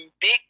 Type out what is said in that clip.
big